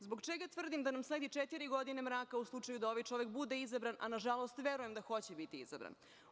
Zbog čega tvrdim da nam sledi četiri godine mraka u slučaju da ovaj čovek bude izabran, a nažalost verujem da hoće biti izabran?